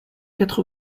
quatre